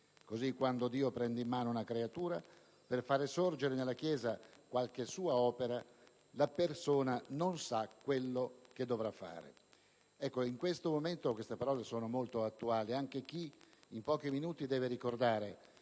così quando Dio prende in mano una creatura per far sorgere nella Chiesa una sua opera, la persona non sa quello che dovrà fare». In questo momento, queste parole sono molto attuali e anche chi, in pochi minuti, deve ricordare